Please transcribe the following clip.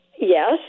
Yes